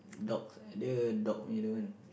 dogs either dog or the other one